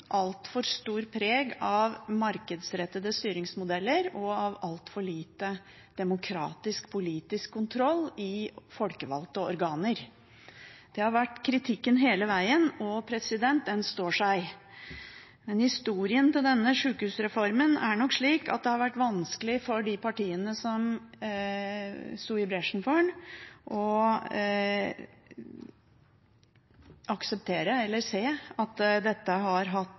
altfor stort preg av markedsrettede styringsmodeller og av altfor lite demokratisk, politisk kontroll i folkevalgte organer. Det har vært kritikken hele vegen, og den står seg. Men historien til denne sykehusreformen er nok slik at det har vært vanskelig for de partiene som sto i bresjen for den, å se at dette har hatt